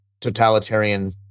totalitarian